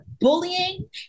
bullying